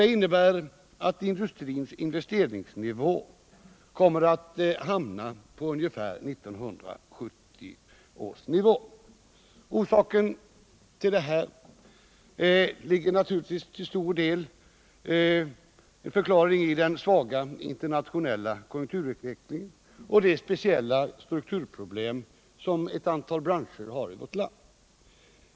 Det innebär att industrins investeringsnivå kommer att hamna på ungefär 1970 års nivå. Förklaringen till detta ligger naturligtvis till stor del i den svaga internationella konjunkturutvecklingen och i de speciella strukturproblem som ett antal branscher har i vårt land.